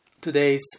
today's